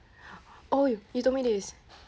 oh you told me this